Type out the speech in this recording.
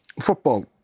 football